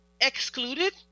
excluded